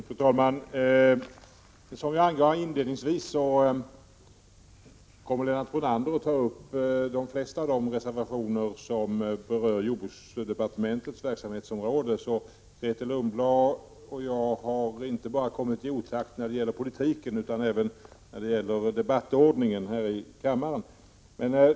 Fru talman! Som jag angav inledningsvis kommer Lennart Brunander att ta upp de flesta av de reservationer som berör jordbruksdepartementets verksamhetsområde. Grethe Lundblad och jag har inte bara kommit i otakt när det gäller politiken utan även när det gäller debattordningen här i kammaren.